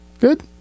Good